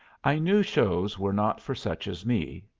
i knew shows were not for such as me,